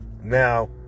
Now